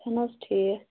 اَہَن حظ ٹھیٖک